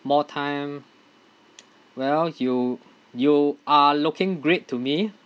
more time well you you are looking great to me